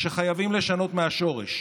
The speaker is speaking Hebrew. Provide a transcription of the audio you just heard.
שחייבים לשנות מהשורש.